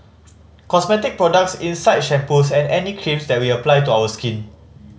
cosmetic products inside shampoos and any creams that we apply to our skin